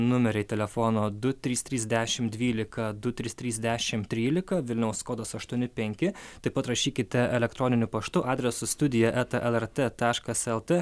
numeriai telefono du trys trys dešim dvylika du trys trys dešim trylika vilniaus kodas aštuoni penki taip pat rašykite elektroniniu paštu adresu studija eta elartė taškas eltė